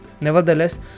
Nevertheless